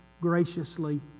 graciously